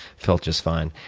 felt just fine.